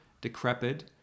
decrepit